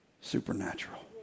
supernatural